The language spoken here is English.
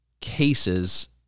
cases